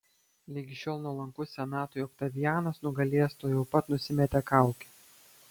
ligi šiol nuolankus senatui oktavianas nugalėjęs tuojau pat nusimetė kaukę